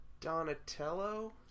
Donatello